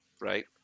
right